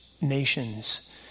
nations